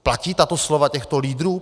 Platí tato slova těchto lídrů?